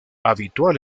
habitual